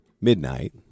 midnight